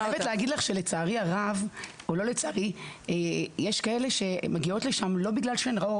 לצערי הרב יש כאלה שמגיעות לשם לא בגלל שהן רעות.